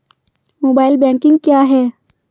Mobile banking क्या है?